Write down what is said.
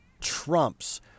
trumps